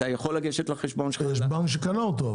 אתה יכול לגשת לחשבון שלך --- אבל יש בנק שקנה אותו,